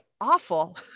awful